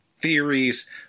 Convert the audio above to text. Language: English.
theories